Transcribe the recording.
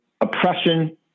oppression